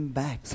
back